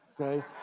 okay